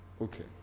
okay